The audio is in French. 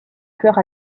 tueur